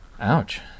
Ouch